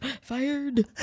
fired